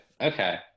Okay